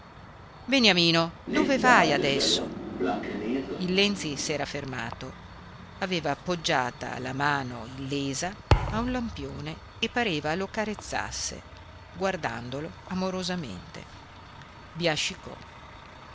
beniamino dove vai adesso il lenzi si era fermato aveva appoggiata la mano illesa a un lampione e pareva lo carezzasse guardandolo amorosamente